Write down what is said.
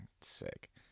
sick